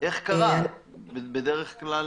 איך זה קרה, בדרך כלל